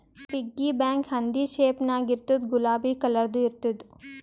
piggy bank ಹಂದಿ shape ನಾಗ್ ಇರ್ತುದ್ ಗುಲಾಬಿ ಕಲರ್ದು ಇರ್ತುದ್